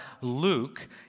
Luke